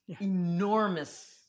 enormous